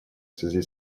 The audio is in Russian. связи